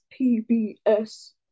PBS